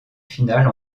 finale